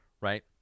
Right